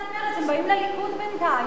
הם באים לליכוד בינתיים או לקדימה.